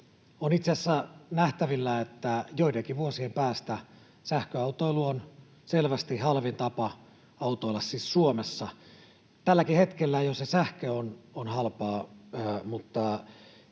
On itse asiassa nähtävillä, että joidenkin vuosien päästä sähköautoilu on selvästi halvin tapa autoilla, siis Suomessa. Tälläkin hetkellä jo se sähkö on halpaa, mutta